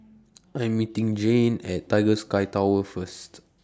I Am meeting Jayne At Tiger Sky Tower First